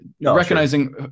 recognizing